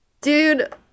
dude